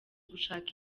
gushaka